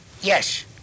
Yes